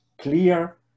clear